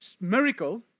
miracle